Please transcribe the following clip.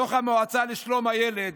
דוח המועצה לשלום הילד